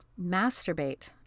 masturbate